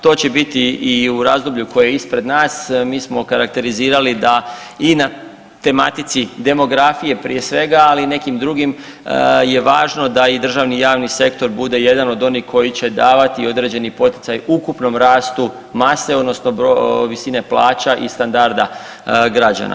To će biti i u razdoblju koje je ispred nas, mi smo karakterizirali da i na tematici demografije prije svega, ali i nekim drugim je važno da i državni i javni sektor bude jedan od onih koji će davati određeni poticaj ukupnom rastu mase odnosno visine plaća i standarda građana.